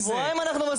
שבעה ימים אנחנו מסבירים,